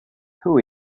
who